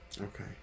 Okay